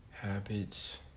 habits